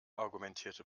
argumentierte